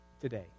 today